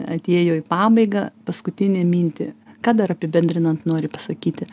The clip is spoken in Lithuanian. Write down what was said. atėjo į pabaigą paskutinę mintį ką dar apibendrinant nori pasakyti